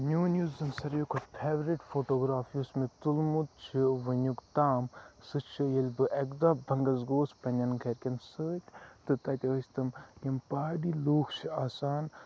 میٚون یُس زَن ساروی کھۄتہٕ فیورِٹ فوٹوگراف یُس مےٚ تُلمُت چھُ وٕنیُک تام سُہ چھُ ییٚلہِ بہٕ اَکہِ دۄہہ بَنگَس گۄوُس پَننٮ۪ن گَرکٮ۪ن سۭتۍ تہٕ تَتہِ ٲسۍ تِم یِم پَہاڑی لُکھ چھِ آسان